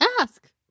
ask